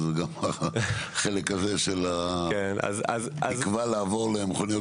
אז החלק הזה של התקווה לעבור למכוניות